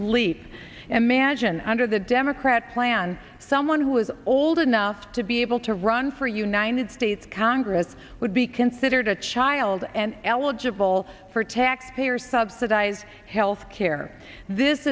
an under the democrat plan someone who was old enough to be able to run for united states congress would be considered a child and eligible for taxpayer subsidized health care this